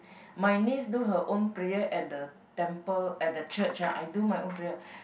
my niece do her own prayer at the temple at the church ah I do my own prayer